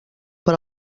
per